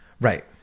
Right